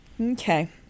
Okay